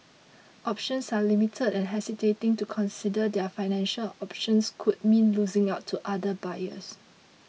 options are limited and hesitating to consider their financial options could mean losing out to other buyers